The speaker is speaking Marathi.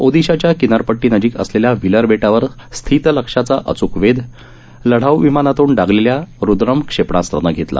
ओणिशाच्या किनारपटटी नजीक असलेल्या व्हीलर बेटावर स्थित लक्ष्याचा अचूक वेध लढाऊ विमानातून ागलेल्या रुद्रम क्षेपणास्त्रानं घेतला